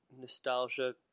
nostalgia